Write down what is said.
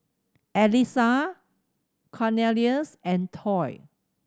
Alissa Cornelious and Toy